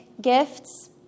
gifts